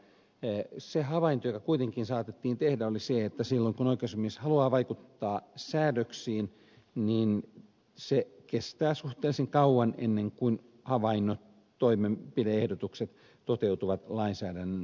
se havainto joka kuitenkin saatettiin tehdä oli se että silloin kun oikeusasiamies haluaa vaikuttaa säädöksiin niin kestää suhteellisen kauan ennen kuin havainnot toimenpide ehdotukset toteutuvat lainsäädännön muodossa